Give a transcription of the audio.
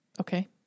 Okay